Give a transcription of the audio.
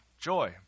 joy